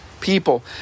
people